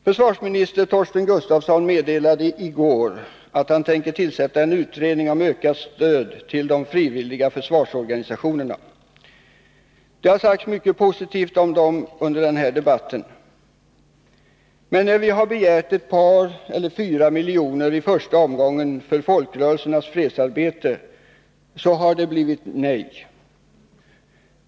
Försvarsminister Torsten Gustafsson meddelade i går att han tänker tillsätta en utredning om ökat stöd till de frivilliga försvarsorganisationerna. Det har sagts mycket positivt om dem under den här debatten. Men när vi har begärt ett par eller fyra miljoner i första omgången för folkrörelsernas fredsarbete, så har det blivit nej.